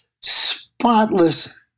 spotless